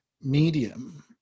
medium